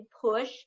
push